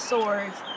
Swords